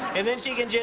and then she can just,